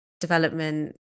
development